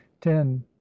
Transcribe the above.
ten